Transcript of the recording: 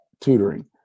tutoring